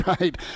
right